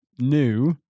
new